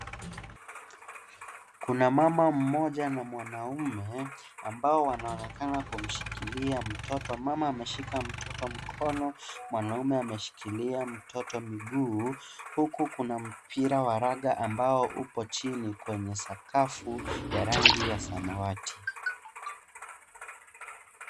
Kuna mama mmoja na mwanaume ambao wanaonekana kumshikilia mtoto, mama ameshika mtoto mkono mwanaume ameshikilia mtoto mguu huku kuna mpira wa raga ambao uko chini kwenye sakafu ya rangi ya samawati.